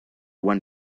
one